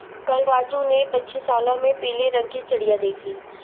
कल राजू ने पक्षीशाला में पीले रंग की चिड़िया देखी